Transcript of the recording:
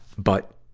but,